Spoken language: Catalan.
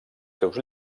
seus